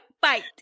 fight